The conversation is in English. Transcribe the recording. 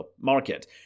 market